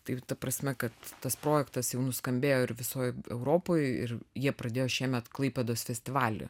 tai ta prasme kad tas projektas jau nuskambėjo ir visoj europoj ir jie pradėjo šiemet klaipėdos festivalį